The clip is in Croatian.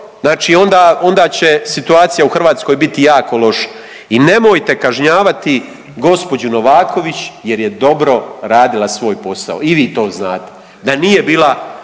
Znači onda će situacija u Hrvatskoj biti jako loša i nemojte kažnjavati gospođu Novaković jer je dobro radila svoj posao. I vi to znate da nije bila